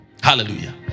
Hallelujah